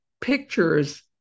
pictures